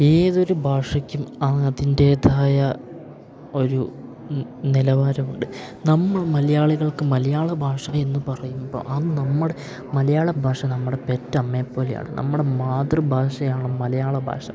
ഏതൊരു ഭാഷയ്ക്കും അതിന്റേതായ ഒരു നിലവാരമുണ്ട് നമ്മൾ മലയാളികൾക്ക് മലയാള ഭാഷ എന്ന് പറയുമ്പോൾ അത് നമ്മുടെ മലയാള ഭാഷ നമ്മുടെ പെറ്റ അമ്മയെ പോലെയാണ് നമ്മുടെ മാതൃഭാഷയാണ് മലയാള ഭാഷ